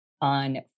on